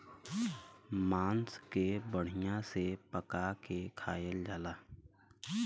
मांस के बढ़िया से पका के खायल जाला